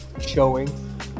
showing